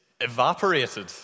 evaporated